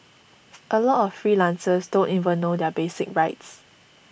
a lot of freelancers don't even know their basic rights